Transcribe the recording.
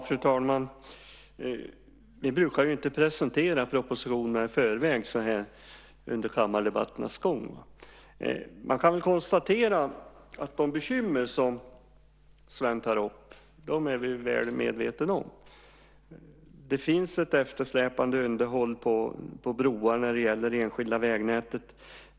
Fru talman! Vi brukar inte presentera propositioner i förväg under kammardebatternas gång. Vi är väl medvetna om de bekymmer som Sven tar upp. Det finns ett eftersläpande underhåll av broar i det enskilda vägnätet.